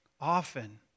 Often